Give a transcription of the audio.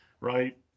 right